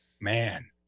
Man